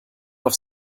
auf